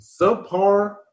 subpar